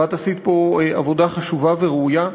ואת עשית פה עבודה חשובה וראויה.